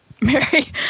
Mary